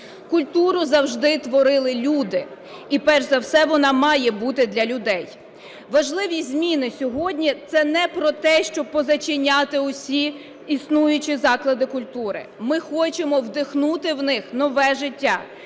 Культуру завжди творили люди і перш за все вона має бути для людей. Важливі зміни сьогодні – це не про те, щоб позачиняти усі існуючі заклади культури. Ми хочемо вдихнути в них нове життя